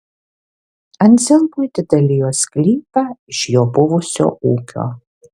anzelmui atidalijo sklypą iš jo buvusio ūkio